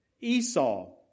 Esau